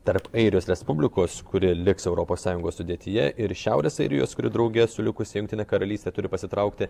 tarp airijos respublikos kuri liks europos sąjungos sudėtyje ir šiaurės airijos kuri drauge su likusia jungtine karalyste turi pasitraukti